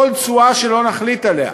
כל תשואה שלא נחליט עליה,